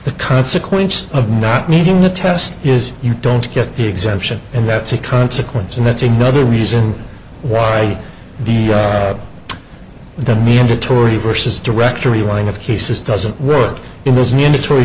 the consequence of not meeting the test is you don't get the exemption and that's a consequence and that's another reason why the mandatory versus directory line of cases doesn't work in those mandatory